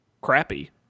crappy